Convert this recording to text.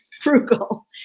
frugal